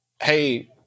hey